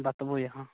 बतबू यहाँ